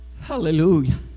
Hallelujah